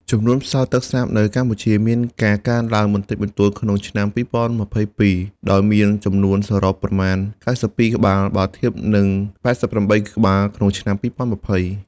ចំនួនផ្សោតទឹកសាបនៅកម្ពុជាមានការកើនឡើងបន្តិចបន្តួចក្នុងឆ្នាំ២០២២ ដោយមានចំនួនសរុប ប្រមាណ ៩២ ក្បាល បើធៀបនឹង ៨៩ ក្បាលក្នុងឆ្នាំ ២០២០។